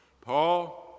Paul